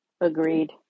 Agreed